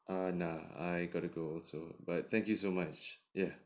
err nah I gotta go also but thank you so much ya